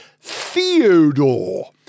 Theodore